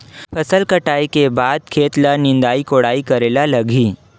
फसल कटाई के बाद खेत ल निंदाई कोडाई करेला लगही?